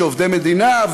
שעובדי מדינה,